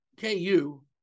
KU